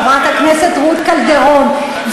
חברת הכנסת רות קלדרון,